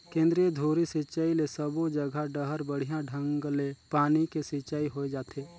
केंद्रीय धुरी सिंचई ले सबो जघा डहर बड़िया ढंग ले पानी के सिंचाई होय जाथे